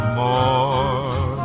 more